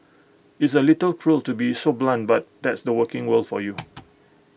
it's A little cruel to be so blunt but that's the working world for you